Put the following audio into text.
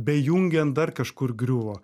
bejungiant dar kažkur griuvo